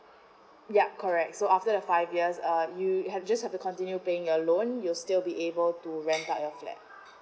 ya correct so after the five years uh you you have just have to continue paying your loan you will still be able to rent out your flat